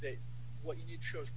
that what you chose